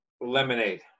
Lemonade